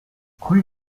rue